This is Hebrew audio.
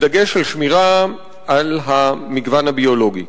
בדגש על שמירה על המגוון הביולוגי.